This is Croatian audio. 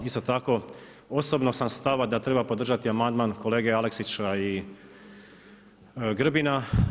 Isto tako, osobno sam stava da treba podržati amandman kolege Aleksića i Grbina.